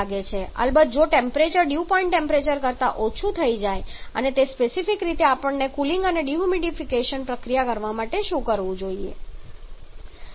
અલબત્ત જો temperature dew point temperature કરતા ઓછું થઈ જાય અને તે સ્પેસિફિક રીતે આપણે કુલિંગ અને ડિહ્યુમિડીફિકેશન પ્રક્રિયા કરવા માટે શું કરવું જોઈએ